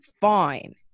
fine